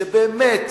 שבאמת,